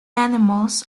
animals